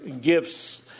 gifts